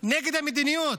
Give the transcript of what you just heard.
נגד המדיניות